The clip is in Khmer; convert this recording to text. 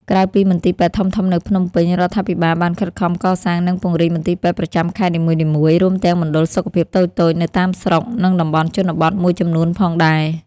ក្រៅពីមន្ទីរពេទ្យធំៗនៅភ្នំពេញ រដ្ឋាភិបាលបានខិតខំកសាង និងពង្រីកមន្ទីរពេទ្យប្រចាំខេត្តនីមួយៗ រួមទាំងមណ្ឌលសុខភាពតូចៗនៅតាមស្រុក និងតំបន់ជនបទមួយចំនួនផងដែរ។